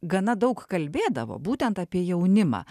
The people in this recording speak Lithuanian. gana daug kalbėdavo būtent apie jaunimą